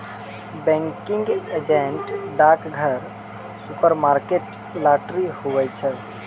banking agent डाकघर, supermarket, lottery, हुवै छै